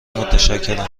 متشکرم